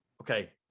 Okay